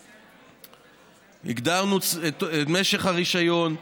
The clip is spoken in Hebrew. הגדרנו את משך הרישיון,